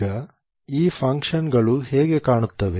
ಈಗ ಈ ಫಂಕ್ಷನ್ಗಳು ಹೇಗೆ ಕಾಣುತ್ತವೆ